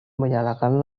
menyalakan